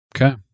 Okay